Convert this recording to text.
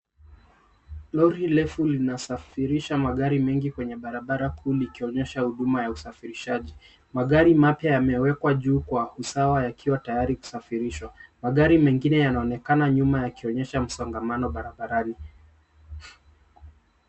Lori refu linasafirisha magari mengi kwenye barabara kuu likionyesha huduma ya usafirishaji. Magari mapya yamewekwa juu kwa usawa yakiwa tayari kusafirishwa. Magari mengine yanaonekana nyuma yakionyesha msongamano barabarani.